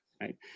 right